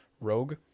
rogue